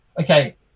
Okay